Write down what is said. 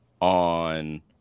on